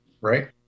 Right